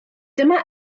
dyma